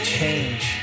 change